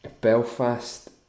Belfast